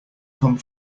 come